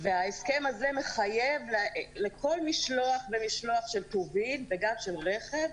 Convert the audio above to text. וההסכם הזה מחייב בכל משלוח ומשלוח של טובין וגם של רכב,